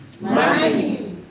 Money